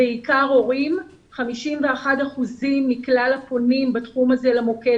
בעיקר התקשרו הורים 51 אחוזים מכלל הפונים בתחום הזה למוקד,